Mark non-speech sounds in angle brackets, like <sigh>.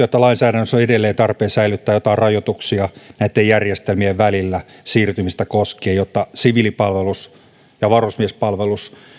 <unintelligible> että lainsäädännössä on edelleen tarpeen säilyttää jotain rajoituksia näitten järjestelmien välillä siirtymistä koskien jotta siviilipalvelus ja varusmiespalvelus